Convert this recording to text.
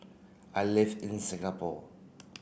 I live in Singapore